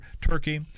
Turkey